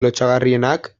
lotsagarrienak